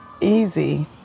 easy